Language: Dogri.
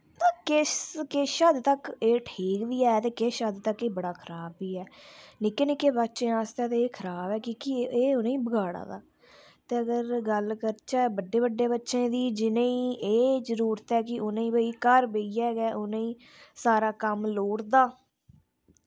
किश हद्द तक्क एह् ठीक बी ऐ ते किश हद्द तक्क एह् ठीक बी ऐ निक्के निक्के बच्चें आस्तै एह् खराब ऐ की के एह् उनेंगी बिगाड़ा करदा ते अगर गल्ल करचै बड्डे बड्डे बंदे दी की जिनेंगी भई एह् जरूरत ऐ कि उनेंगी घर बेहियै गै सारा कम्म लोड़दा